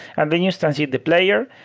and then you instantiate the player,